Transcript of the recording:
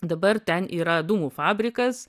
dabar ten yra dūmų fabrikas